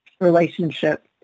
relationship